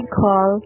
call